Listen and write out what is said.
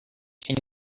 can